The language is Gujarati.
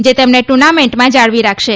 જે તેમને ટ્રનામેન્ટમાં જાળવી રાખશે